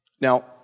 Now